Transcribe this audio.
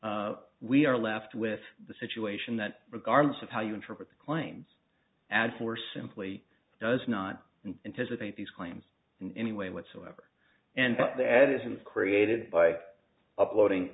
then we are left with the situation that regardless of how you interpret the claims ad for simply does not anticipate these claims in any way whatsoever and that is created by uploading